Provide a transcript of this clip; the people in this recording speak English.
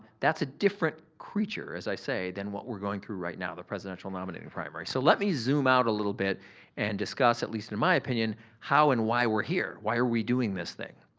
that's a different creature, as i say, than what we're going through right now, the presidential nominating primary. so, let me zoom out a little bit and discuss at least in my opinion how and why we're here. why are we doing this thing?